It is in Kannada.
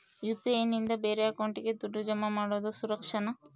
ಯು.ಪಿ.ಐ ನಿಂದ ಬೇರೆ ಅಕೌಂಟಿಗೆ ದುಡ್ಡು ಜಮಾ ಮಾಡೋದು ಸುರಕ್ಷಾನಾ?